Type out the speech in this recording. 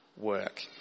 work